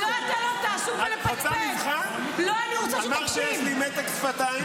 אני פה, אני מקשיב לכל מילה.